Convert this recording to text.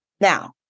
Now